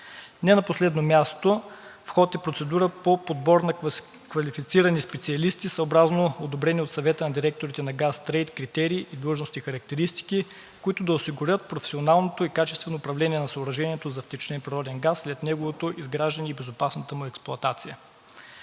Не на последно място, в ход е процедура по подбор на квалифицирани специалисти, съобразно одобрени от Съвета на директорите на „Газтрейд“ критерии, длъжностни характеристики, които да осигурят професионалното и качествено управление на съоръжението за втечнен природен газ след неговото изграждане и безопасната му експлоатация.